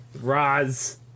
Roz